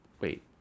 wait